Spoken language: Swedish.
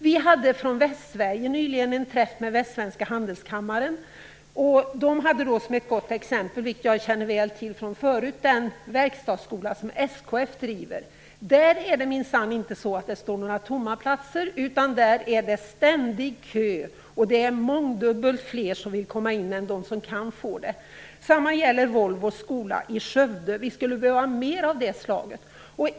Vid en träff med Västsvenska Handelskammaren nyligen togs som ett gott exempel upp den verkstadsskola som SKF driver. Jag känner väl till den sedan förut, och där står det minsann inga platser tomma, utan där är det ständig kö. Mångdubbelt fler vill komma in än de som kan få det. Det samma gäller Volvos skola i Skövde. Vi skulle behöva mer av det slaget.